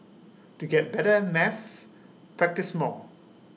to get better at maths practise more